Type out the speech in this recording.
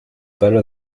better